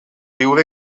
viure